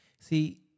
see